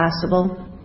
possible